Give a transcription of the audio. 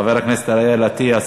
חבר הכנסת אריאל אטיאס,